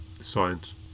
Science